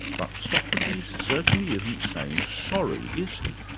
but socrates certainly isn't saying sorry, is he?